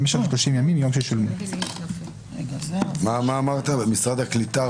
במשך שלושים ימים מיום ששולמו." משרד הקליטה,